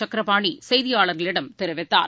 சக்ரபாணிசெய்தியாளர்களிடம் தெரிவித்தார்